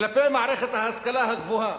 כלפי מערכת ההשכלה הגבוהה.